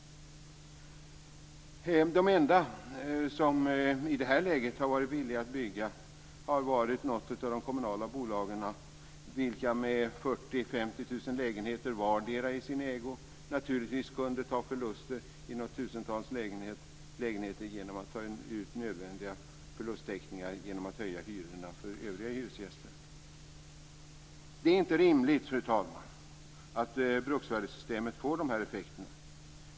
De enda som i det här läget har varit villiga att bygga har varit de kommunala bolagen, vilka med 40 000-50 000 lägenheter var i sin ägo naturligtvis kan ta förluster i tusentals lägenheter, eftersom de kan täcka förlusterna genom att höja hyrorna för övriga hyresgäster. Det är inte rimligt, fru talman, att bruksvärdessystemet får de här effekterna.